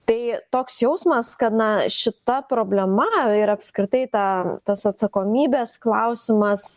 tai toks jausmas kad na šita problema ir apskritai ta tas atsakomybės klausimas